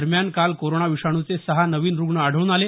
दरम्यान काल कोरोना विषाणूचे सहा नवीन रुग्ण आढळून आले